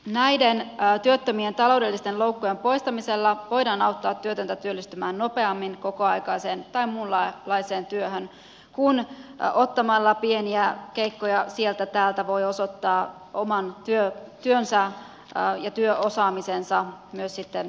näiden työttömien taloudellisten loukkujen poistamisella voidaan auttaa työtöntä työllistymään nopeammin kokoaikaiseen tai muunlaiseen työhön kun ottamalla pieniä keikkoja sieltä täältä voi osoittaa oman työosaamisensa sitten myös työnantajalle